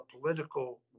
political